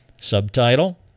Subtitle